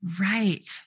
right